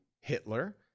Hitler